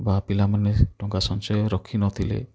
ବା ପିଲାମାନେ ଟଙ୍କା ସଞ୍ଚୟ ରଖି ନଥିଲେ